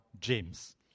James